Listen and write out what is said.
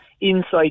inside